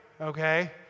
okay